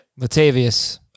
Latavius